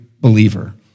believer